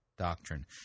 doctrine